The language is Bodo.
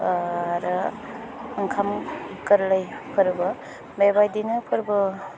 आरो ओंखाम गोरलै फोरबो बेबायदिनो फोरबोफोरखौ